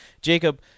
Jacob